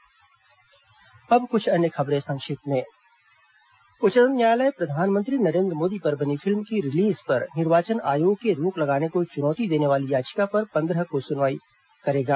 संक्षिप्त समाचार अन्य खबरें संक्षिप्त में उच्चतम न्यायालय प्रधानमंत्री नरेन्द्र मोदी पर बनी फिल्म की रिलीज पर निर्वाचन आयोग के रोक लगाने को चुनौती देने वाली याचिका पर पंद्रह अप्रैल को सुनवाई करेगा